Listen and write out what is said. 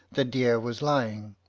the deer was lying,